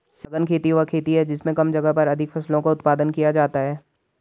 सघन खेती वह खेती है जिसमें कम जगह पर अधिक फसलों का उत्पादन किया जाता है